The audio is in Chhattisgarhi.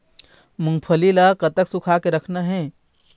मूंगफली ला कतक सूखा के रखना हे?